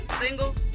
Single